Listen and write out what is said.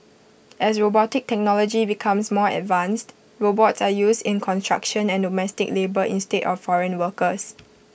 as robotic technology becomes more advanced robots are used in construction and domestic labour instead of foreign workers